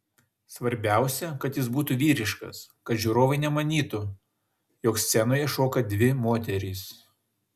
svarbiausia kad jis būtų vyriškas kad žiūrovai nemanytų jog scenoje šoka dvi moterys